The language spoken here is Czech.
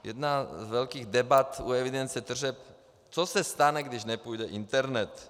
Jedna z velkých debat u evidence tržeb: Co se stane, když nepůjde internet?